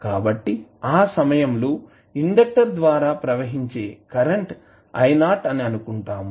కాబట్టి ఆ సమయంలో ఇండక్టర్ ద్వారా ప్రవహించే కరెంట్ IO అని అనుకుంటాము